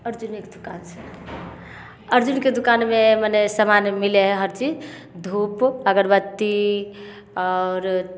अर्जुनके दोकानमे मने सामान मिलय हइ हर चीज धुप अगरबत्ती आओर